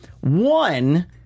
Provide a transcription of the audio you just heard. One